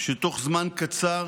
שתוך זמן קצר